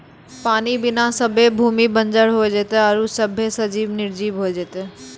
पानी बिना सभ्भे भूमि बंजर होय जेतै आरु सभ्भे सजिब निरजिब होय जेतै